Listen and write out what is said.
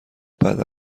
بعدا